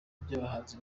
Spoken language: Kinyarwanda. by’abahanzi